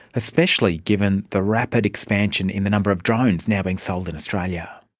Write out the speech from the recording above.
especially given the rapid expansion in the number of drones now being sold in australia.